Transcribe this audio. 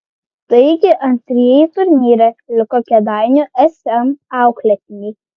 taigi antrieji turnyre liko kėdainių sm auklėtiniai